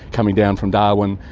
coming down from darwin,